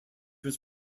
was